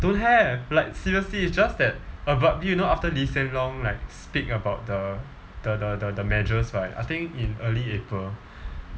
don't have like seriously it's just that abruptly you know after lee hsien loong like speak about the the the the measures right I think in early april